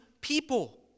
people